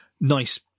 Nice